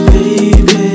Baby